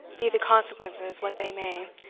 be the consequences what they may,